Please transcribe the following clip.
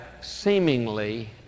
seemingly